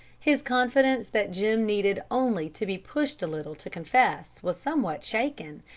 his confidence that jim needed only to be pushed a little to confess was somewhat shaken,